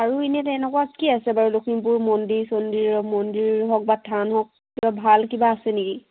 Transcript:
আৰু এনে তেনেকুৱা কি আছে বাৰু লখিমপুৰ মন্দিৰ চন্দিৰ মন্দিৰ হওক বা থান হওক ভাল কিবা আছে নেকি